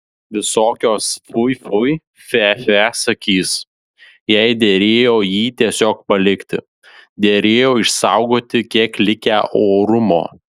visokios fui fui fe fe sakys jai derėjo jį tiesiog palikti derėjo išsaugoti kiek likę orumo